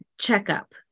checkup